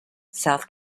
south